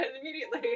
immediately